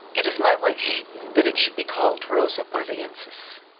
it is my wish that it should be called rosa barlaensis.